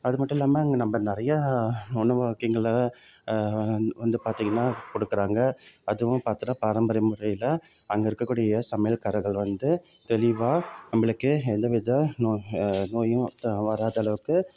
அது மட்டும் இல்லாமல் அங்கே நம்ம நிறைய உணவு வகைகள்ல வந்து பார்த்திங்கன்னா கொடுக்குறாங்க அதுவும் பார்த்தனா பாரம்பரிய முறையில் அங்கே இருக்க கூடிய சமையல் காரர்கள் வந்து தெளிவாக நம்மளுக்கு எந்த வித நோ நோயும் வராத அளவுக்கு